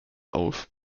auf